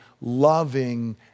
loving